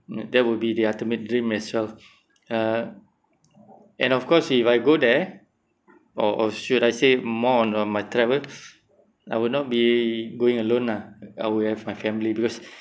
that would be the ultimate dream as well uh and of course if I go there or or should I say more on my travel I will not be going alone lah I will have my family because